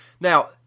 Now